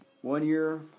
one-year